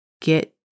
get